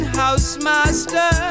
housemaster